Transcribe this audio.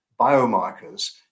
biomarkers